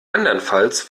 andernfalls